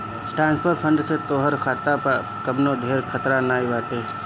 transfer fund से तोहार खाता पअ कवनो ढेर खतरा नाइ बाटे